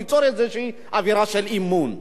ליצור איזושהי אווירה של אמון.